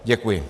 Děkuji.